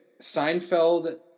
Seinfeld